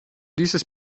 dieses